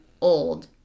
old